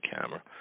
camera